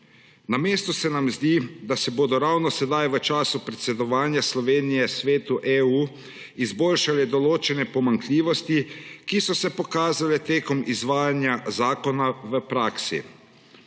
Na mestu se nam zdi, da se bodo ravno sedaj v času predsedovanja Slovenije Svetu EU izboljšale določene pomanjkljivosti, ki so se pokazale tekom izvajanja zakona v praksi.